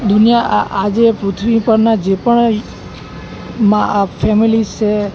દુનિયા આજે પૃથ્વી પરના જે પણ માં ફેમિલીઝ છે